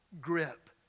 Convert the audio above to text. grip